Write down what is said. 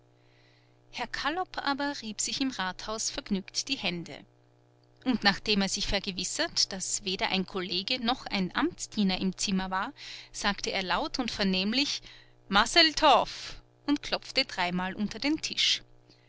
herr kallop aber rieb sich im rathaus vergnügt die hände und nachdem er sich vergewissert daß weder ein kollege noch ein amtsdiener im zimmer war sagte er laut und vernehmlich maseltoff und klopfte dreimal unter den tisch